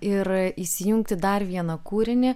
ir įsijungti dar vieną kūrinį